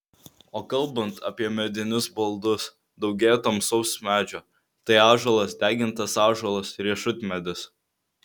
o kalbant apie medinius baldus daugėja tamsaus medžio tai ąžuolas degintas ąžuolas riešutmedis